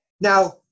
Now